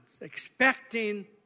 Expecting